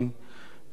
ולקוות